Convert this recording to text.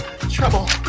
trouble